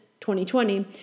2020